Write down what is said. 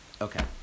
Okay